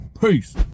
Peace